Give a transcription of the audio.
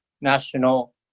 national